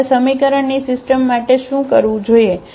તેથી આ સમીકરણની સિસ્ટમ માટે શું કરવું જોઈએ